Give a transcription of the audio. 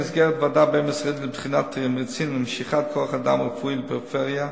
במסגרת ועדה בין-משרדית לבחינת תמריצים למשיכת כוח-אדם רפואי לפריפריה,